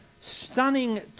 stunning